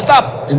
up